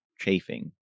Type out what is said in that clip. chafing